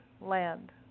land